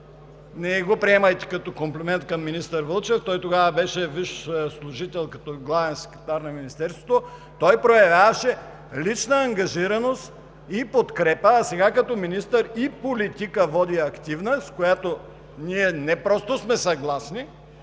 не го приемайте като комплимент към министър Вълчев, тогава той беше висш служител като главен секретар на Министерството, той проявяваше лична ангажираност и подкрепа, а сега като министър води активна политика, с която ние не просто сме съгласни,